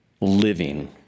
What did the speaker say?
living